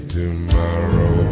tomorrow